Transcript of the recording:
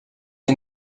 est